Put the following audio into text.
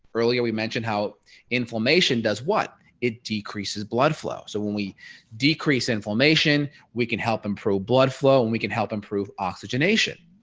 earlier we mentioned how inflammation does what it decreases blood flow. so when we decreases inflammation we can help improve blood flow and we can help improve oxygenation.